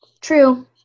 true